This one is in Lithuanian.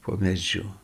po medžiu